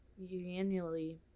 Annually